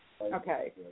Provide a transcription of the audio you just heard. Okay